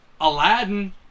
Aladdin